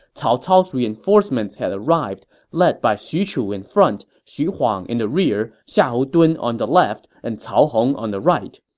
cao cao's reinforcements had arrived, led by xu chu in front, xu huang in the rear, xiahou yuan on the left, and cao hong on the right.